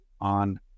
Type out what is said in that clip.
on